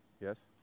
Yes